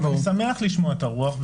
אני שמח לשמוע את הרוח.